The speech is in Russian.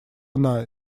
она